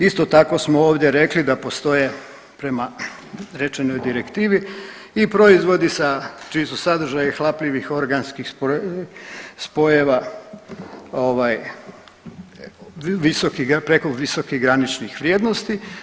Isto tako smo ovdje rekli da postoje prema rečenoj direktivi i proizvodi čiji su sadržaji hlapljivih organskih spojeva preko visokih graničnih vrijednosti.